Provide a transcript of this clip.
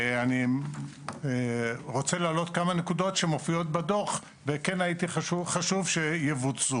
אני רוצה להעלות כמה נקודות שמופיעות בדוח וכן חשוב שיבוצעו.